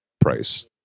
price